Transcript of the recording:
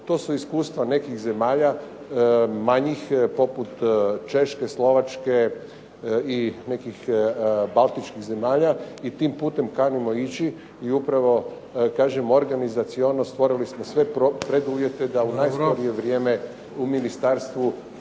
To su iskustva nekih zemalja manjih poput Češke, Slovačke i nekih Baltičkih zemalja i tim putem kanimo ići. I upravo, kažem, organizaciono stvorili smo sve preduvjete da u najskorije vrijeme u ministarstvu